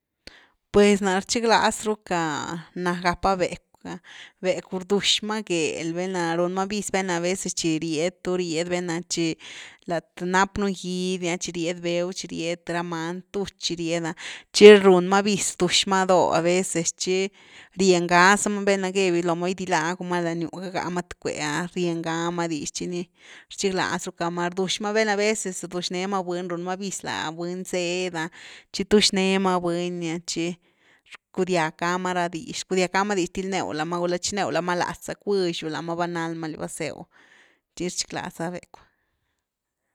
Pues ná rchiglaz rucka na gapá becw, becw rduxma gel, velna run ma vis, velna a veces chi ried tu reid lat napnu gidy’a, tchi ried bew, tchi ried th ra many, tuch, chi ried’a chi run má vis rdux ma dóh a veces chi rien gá zama velna geiu looma gidilag ma lany gyw, gagá ma th cué’ah rien gama dix tchi ni rchigláz rucka ma, rdux ma velna a veces rdux né ma buny, run ma vis la bu¿ny seed ah tchi tuxne ma buny tchi rcudiag ga’ma ra dix, rcudiag gá’ma dix til new lama, gula chinew láma látz’ah cuixu lama va lan ma li basew, tchi rchigláza becw.